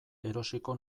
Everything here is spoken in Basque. erosiko